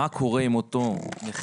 מה קורה עם אותו נכה